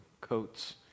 coats